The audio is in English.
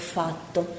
fatto